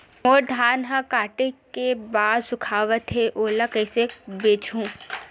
मोर धान ह काटे के बाद सुखावत हे ओला कइसे बेचहु?